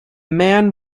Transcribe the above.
man